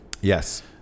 Yes